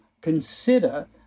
consider